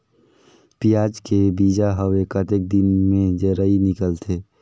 पियाज के बीजा हवे कतेक दिन मे जराई निकलथे?